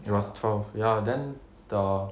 it was twelve ya then the